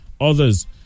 others